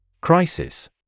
Crisis